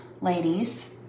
ladies